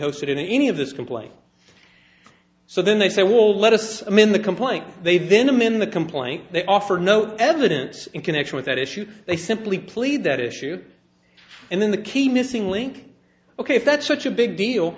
hosted in any of this complaint so then they say will let as i'm in the complaint they then i'm in the complaint they offer no evidence in connection with that issue they simply plead that issue and then the key missing link ok if that's such a big deal